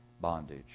bondage